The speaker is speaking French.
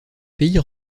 pays